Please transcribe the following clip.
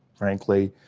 frankly,